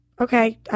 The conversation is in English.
Okay